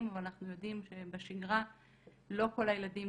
אבל אנחנו יודעים שבשגרה לא כל הילדים,